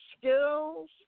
skills